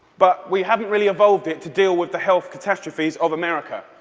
but we haven't really evolved it to deal with the health catastrophes of america,